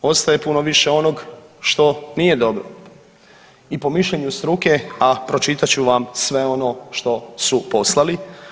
Međutim ostaje puno više onog što nije dobro i po mišljenju struke, a pročitat ću vam sve ono što su poslali.